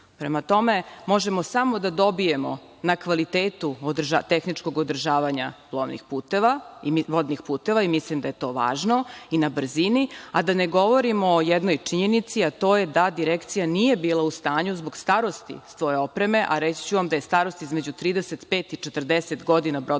Prema tome, možemo samo da dobijemo na kvalitetu tehničkog održavanja plovnih puteva i vodnih puteva, i mislim da je to važno, i na brzini, a da ne govorimo o jednoj činjenici a to je da Direkcija nije bila u stanju zbog starosti svoje opreme, a reći ću vam da je starost između 35 i 40 godina brodova